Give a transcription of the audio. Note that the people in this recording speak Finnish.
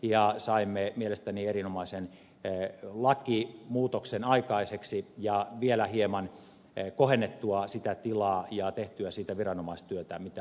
mielestäni saimme aikaiseksi erinomaisen lakimuutoksen ja vielä hieman kohennettua sitä tilaa ja sitä tehtyä viranomaistyötä mitä alkuperäisessä esityksessä oli